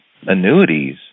annuities